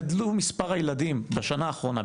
מספר הילדים בשנה האחרונה,